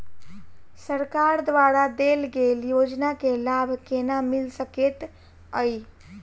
सरकार द्वारा देल गेल योजना केँ लाभ केना मिल सकेंत अई?